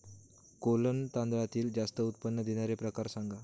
कोलम तांदळातील जास्त उत्पादन देणारे प्रकार सांगा